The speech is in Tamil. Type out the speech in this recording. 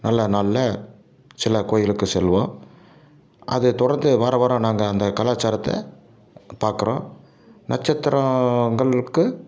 நல்ல நாளில் சில கோயிலுக்கு செல்வோம் அது தொடர்ந்து வார வாரம் நாங்கள் அந்த கலாச்சாரத்தை பார்க்குறோம் நட்சத்திரங்களுக்கு